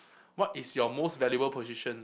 what is your most valuable position